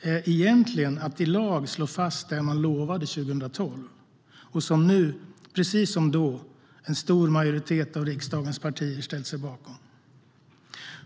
är egentligen att i lag slå fast det man lovade 2012 och som nu, precis som då, en stor majoritet av riksdagens partier ställer sig bakom.